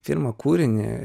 pirmą kūrinį